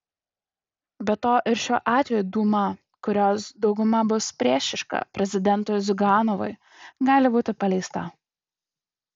be to ir šiuo atveju dūma kurios dauguma bus priešiška prezidentui ziuganovui gali būti paleista